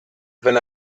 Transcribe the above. wenn